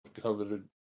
coveted